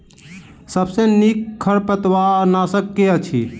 सबसँ नीक खरपतवार नाशक केँ अछि?